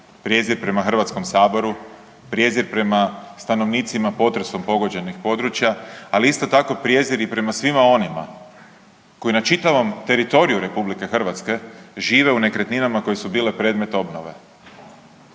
prijezir prema Hrvatskom saboru, prijezir prema stanovnicima potresom pogođenih područja, ali isto tako prijezir i prema svima onima koji na čitavom teritoriju RH žive u nekretninama koje su bile predmet obnove,